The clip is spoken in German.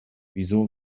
wieso